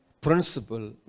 principle